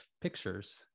pictures